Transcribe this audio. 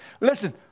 Listen